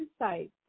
insights